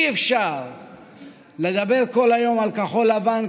אי-אפשר לדבר כל היום על כחול לבן,